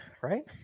right